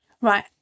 right